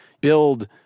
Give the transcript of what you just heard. build